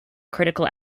critical